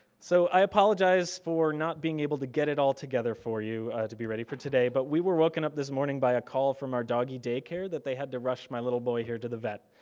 so, i apologize for not being able to get it all together for you to be ready for today, but we're woken up this morning by a call from our doggy daycare that they had to rush my little boy here to the vet.